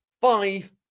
five